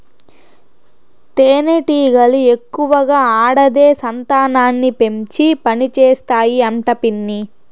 తేనెటీగలు ఎక్కువగా ఆడదే సంతానాన్ని పెంచి పనిచేస్తాయి అంట పిన్ని